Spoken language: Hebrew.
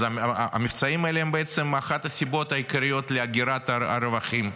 המבצעים האלה הם בעצם אחת הסיבות העיקריות להגירת הרווחים.